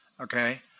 Okay